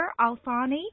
Alfani